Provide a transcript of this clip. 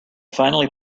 finally